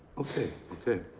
ok, ok.